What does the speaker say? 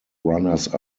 runners